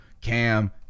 Cam